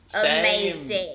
Amazing